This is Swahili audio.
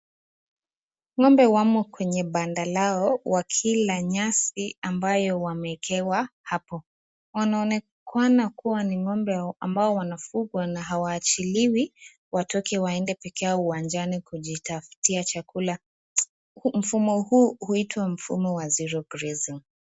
Ng'ombe wamo kwenye banda lao wakila nyasi ambayo wameekewa hapo, inaonekana kuwa ni ng'ombe ambao wanafugwa na hawaachiliwi watoke waende peke yao uwanjani kujitafutia chakula, mfumo huu huitwa mfumo wa zero grazing .